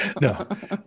No